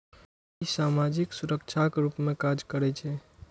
ई सामाजिक सुरक्षाक रूप मे काज करै छै